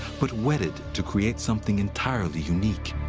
but wedded to create something entirely unique.